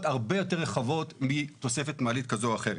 הרבה יותר רחבות מתוספת מעלית כזו או אחרת.